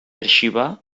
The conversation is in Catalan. arxivar